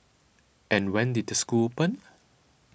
and when did the school open